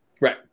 Right